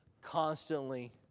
Constantly